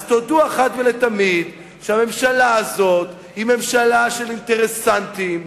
תודו אחת ולתמיד שהממשלה הזאת היא ממשלה של אינטרסנטים.